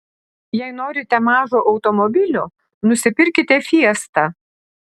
jei norite mažo automobilio nusipirkite fiesta